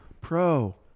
Pro